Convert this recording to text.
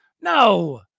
No